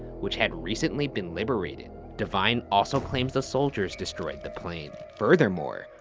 which had recently been liberated. devine also claims the soldiers destroyed the plane. furthermore,